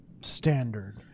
standard